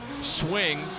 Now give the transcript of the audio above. swing